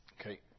Okay